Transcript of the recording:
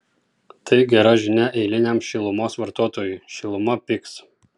tai gera žinia eiliniam šilumos vartotojui šiluma pigs